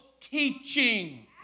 teaching